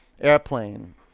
Airplane